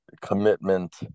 commitment